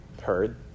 heard